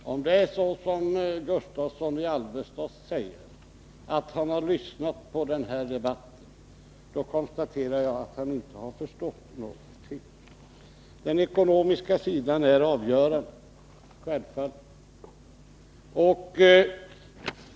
Herr talman! Om det är så som Rune Gustavsson från Alvesta säger, att han har lyssnat på denna debatt, konstaterar jag att han inte har förstått någonting. ”Den ekonomiska sidan är avgörande” — ja, självfallet.